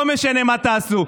לא משנה מה תעשו,